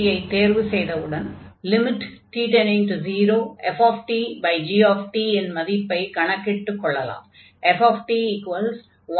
g தேர்வு செய்தவுடன் ftgt இன் மதிப்பைக் கணக்கிட்டுக் கொள்ளலாம்